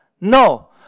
No